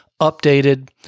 updated